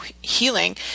healing